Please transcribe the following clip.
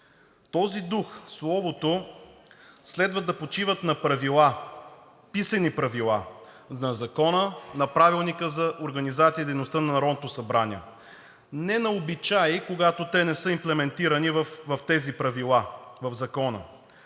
Този дух, словото, следва да почиват на правила, писани правила на Закона, на Правилника за организацията и дейността на Народното събрание. Не на обичаи, когато те не са имплементирани в тези правила, в Закона.